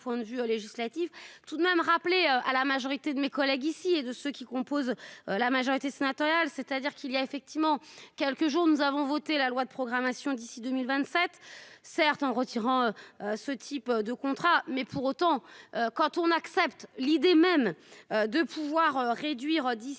de vue législatif tout de même rappeler à la majorité de mes collègues ici et de ceux qui composent la majorité sénatoriale, c'est-à-dire qu'il y a effectivement quelques jours nous avons voté la loi de programmation d'ici 2027. Certes en retirant. Ce type de contrat mais pour autant, quand on accepte l'idée même de pouvoir réduire d'ici